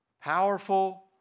powerful